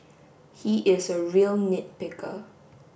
he is a real nit picker